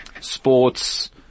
sports